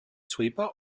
sweeper